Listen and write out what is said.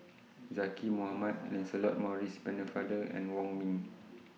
Zaqy Mohamad Lancelot Maurice Pennefather and Wong Ming